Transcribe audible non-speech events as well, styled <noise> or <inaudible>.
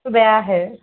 <unintelligible> আহে